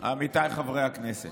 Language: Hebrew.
עמיתיי חברי הכנסת,